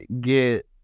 get